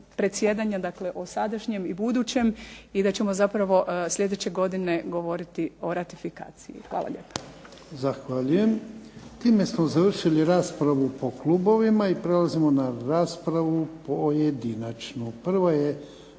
predsjedanja. Dakle, o sadašnjem i budućem i da ćemo zapravo sljedeće godine govoriti o ratifikaciji. Hvala lijepa. **Jarnjak, Ivan (HDZ)** Zahvaljujem. Time smo završili raspravu po klubovima i prelazimo na raspravu pojedinačnu. Prva je